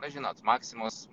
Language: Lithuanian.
na žinot maksimos